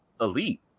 elite